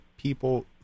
people